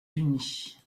unis